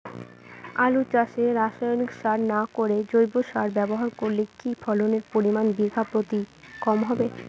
আলু চাষে রাসায়নিক সার না করে জৈব সার ব্যবহার করলে কি ফলনের পরিমান বিঘা প্রতি কম হবে?